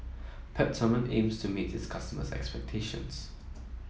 Peptamen aims to meet its customers' expectations